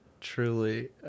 Truly